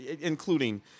including